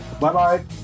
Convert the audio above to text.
Bye-bye